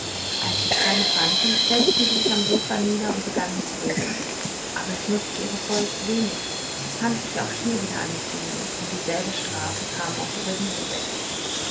als sie keine fanden setzten sie sich am sofa nieder und begannen zu wedeln aber es nutzte ihre vorsicht wenig er fand sich auch hier wieder eine fliege uns dieselbe strafe kam auch über diese sechs